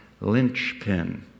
linchpin